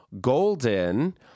Golden